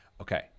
Okay